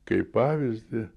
kaip pavyzdį